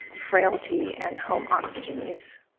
frailty and home oxygen use.